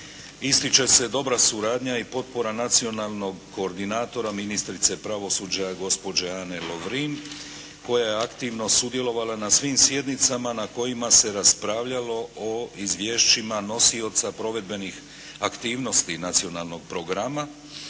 Ističe se dobra suradnja i potpora nacionalnog koordinatora ministrice pravosuđa gospođe Ane Lovrin koja je aktivno sudjelovala na svim sjednicama na kojima se raspravljalo o izvješćima nosioca provedbenih aktivnosti nacionalnog programa,